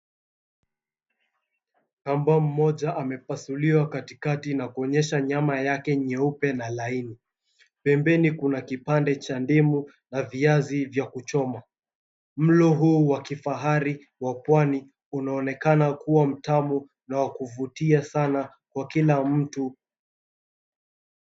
Pamba mmoja amepasuliwa katikati na kuonyesha nyama yake nyeupe na laini. Pembeni kuna kipande cha ndimu na viazi vya kuchoma. Mlo huu wa kifahari wa pwani unaonekana kuwa mtamu na wa kuvutia sana kwa kila mtu.